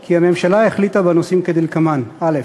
כי הממשלה החליטה בנושאים כדלקמן: א.